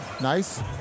Nice